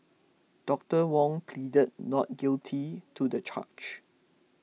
Doctor Wong pleaded not guilty to the charge